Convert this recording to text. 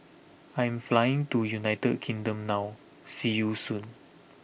I am flying to United Kingdom now see you soon